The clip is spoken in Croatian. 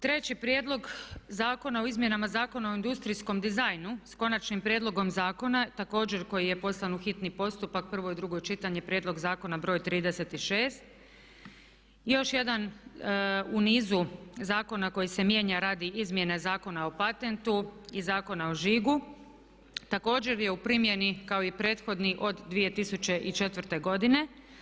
Treći prijedlog Zakona o izmjenama Zakona o industrijskom dizajnu s Konačnim prijedlogom zakona, također koji je poslan u hitni postupak, prvo i drugo čitanje, P.Z. br. 36. još jedan u nizu zakona koji se mijenja radi Izmjene zakona o patentu i Zakon o žigu, također je u primjeni kao i prethodni od 2004. godine.